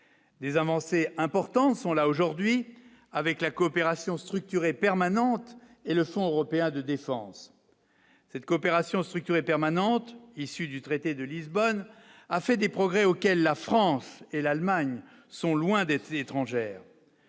Des avancées importantes sont là aujourd'hui, avec la coopération structurée permanente et le fonds européen de défense, cette coopération structurée permanente issu du traité de Lisbonne a fait des progrès, auquel la France et l'Allemagne sont loin d'être étrangère